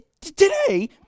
today